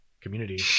community